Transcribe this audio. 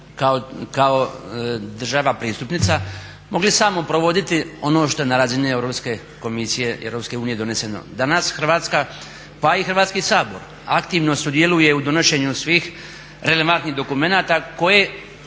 kao država pristupnica mogli samo provoditi ono što je na razini Europske komisije EU doneseno. Danas Hrvatska pa i Hrvatski sabor aktivno sudjeluje u donošenju svih relevantnih dokumenata koje